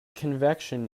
convection